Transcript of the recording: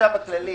החשב הכללי